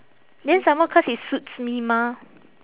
then some more cause it suits me mah